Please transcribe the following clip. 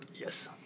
Yes